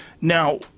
Now